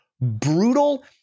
brutal